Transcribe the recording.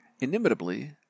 inimitably